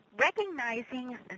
recognizing